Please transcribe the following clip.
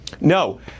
No